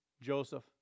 Joseph